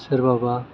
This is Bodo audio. सोरबा बा